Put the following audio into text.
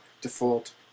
default